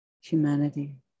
humanity